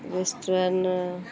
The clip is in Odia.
ରେଷ୍ଟୁରାଣ୍ଟ